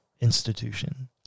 institution